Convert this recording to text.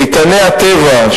איתני הטבע,